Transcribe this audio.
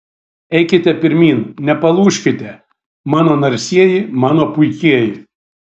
eikite pirmyn nepalūžkite mano narsieji mano puikieji